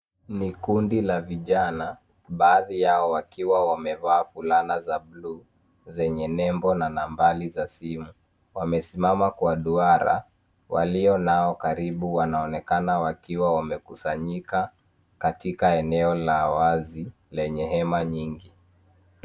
Ni kundi la vijana baadhi yao wakiwa wamevaa fulana za buluu zenye nembo na nambari za simu. Wamesimama kwa duara. Walio nao karibu wanaonekana wakiwa wamekusnyika katika eneo la wazi lenye hema nyingi.